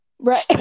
Right